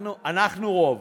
אנחנו רוב.